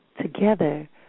Together